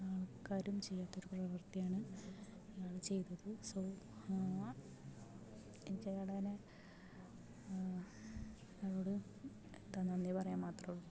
അധികം ആൾക്കാരും ചെയ്യാത്തൊരു പ്രവർത്തിയാണ് അയാള് ചെയ്തത് സോ എനിക്ക് അയാളെന്നെ അയാളോട് എന്താ നന്ദി പറയാൻ മാത്രമേയുള്ളൂ